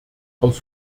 aus